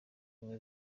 ubumwe